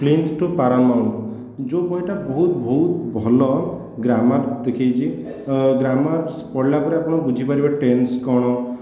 plinth to Paramount ଯେଉଁ ବହିଟା ବହୁତ ବହୁତ ଭଲ ଗ୍ରାମାର୍ ଦେଖେଇଛି ଗ୍ରାମାର୍ସ୍ ପଢ଼ିଲା ପରେ ଆପଣ ବୁଝିପାରିବେ ଟେନ୍ସ କ'ଣ